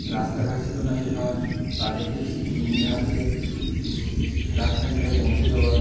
রাস্তাঘাট ছিল না সেসময় তাদেরকে নিয়ে হচ্ছে ফ্লাড সেন্টারে পৌঁছে দেওয়া